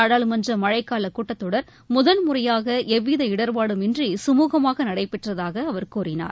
நாடாளுமன்ற மழைக்கால கூட்டத் தொடர் முதன்முறையாக எவ்வித இடர்பாடும் இன்றி சுமூகமாக நடைபெற்றதாக அவர் கூறினார்